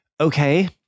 Okay